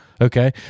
Okay